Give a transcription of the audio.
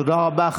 תודה רבה.